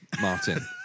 Martin